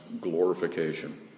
glorification